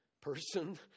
person